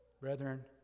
Brethren